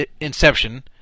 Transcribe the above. inception